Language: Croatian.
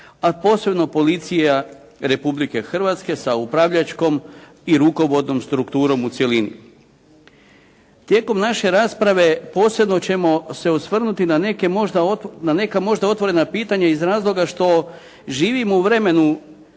a posebno policija Republike Hrvatske sa upravljačkom i rukovodnom strukturnom u cjelini. Tijekom naše rasprave posebno ćemo se osvrnuti na neka možda otvorena pitanja iz razloga što živimo u vremenu